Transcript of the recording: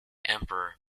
emperor